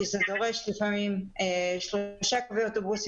כי זה דורש לפעמים שלושה קווי אוטובוסים,